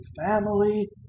family